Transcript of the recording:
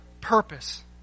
purpose